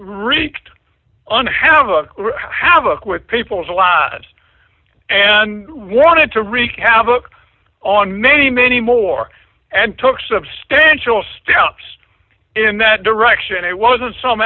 wreaked on have a have a quick people's lives and wanted to wreak havoc on many many more and took substantial steps in that direction it wasn't so